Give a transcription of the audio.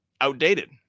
outdated